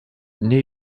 nait